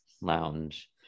lounge